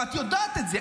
ואת יודעת את זה.